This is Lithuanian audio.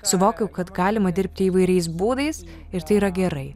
suvokiau kad galima dirbti įvairiais būdais ir tai yra gerai